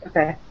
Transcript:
Okay